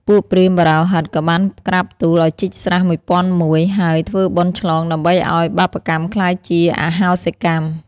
ពួកព្រាហ្មណ៍បុរោហិតក៏បានក្រាបទូលឲ្យជីកស្រះ ១០០១ ហើយធ្វើបុណ្យឆ្លងដើម្បីឲ្យបាបកម្មក្លាយជាអហោសិកម្ម។